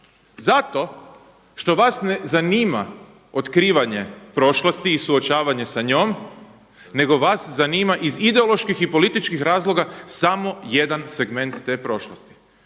prošlosti i suočavanje prošlosti i suočavanje sa njom, nego vas zanima iz ideoloških i političkih razloga samo jedan segment te prošlosti.